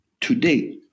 today